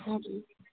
हजुर